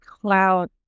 cloud